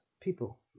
people